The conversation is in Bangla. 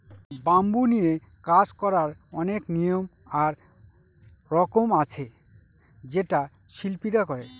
ব্যাম্বু নিয়ে কাজ করার অনেক নিয়ম আর রকম আছে যেটা শিল্পীরা করে